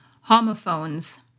homophones